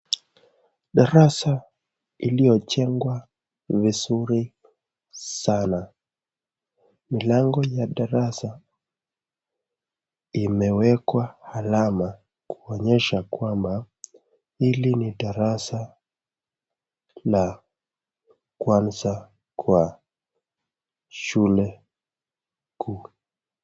Darasa iliyojengwa vizuri sana. Mlango ya darasa imewekwa alama kuonyesha kwamba hili ni darasa la kwanza kwa shule kuu.